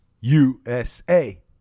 USA